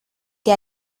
que